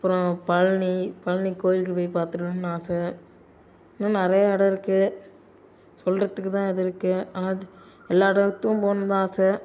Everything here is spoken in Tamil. அப்புறம் பழனி பழனி கோவிலுக்கு போய் பார்த்துட்டு வரணுன்னு ஆசை இன்னும் நிறையா இடம் இருக்குது சொல்கிறதுக்கு தான் இது இருக்குது ஆனால் அது எல்லா இடத்துக்கும் போகணுன்னு தான் ஆசை